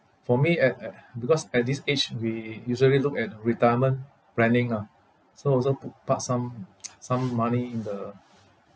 for me at at because at this age we usually look at retirement planning lah so so pu~ park some some money in the